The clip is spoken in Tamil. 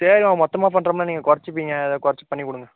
சரிம்மா மொத்தமாக பண்ணுறோம்னா நீங்கள் கொறைச்சிப்பீங்க ஏதோ கொறைச்சி பண்ணி கொடுங்க